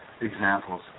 examples